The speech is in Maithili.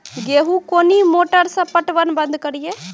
गेहूँ कोनी मोटर से पटवन बंद करिए?